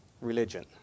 religion